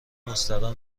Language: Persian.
مستراح